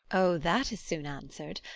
o, that s soon answer'd.